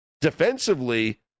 Defensively